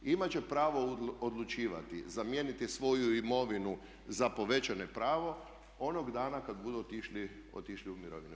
Imat će pravo odlučivati, zamijeniti svoju imovinu za povećane pravo onog dana kad budu otišli u mirovinu.